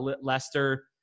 Leicester